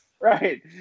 right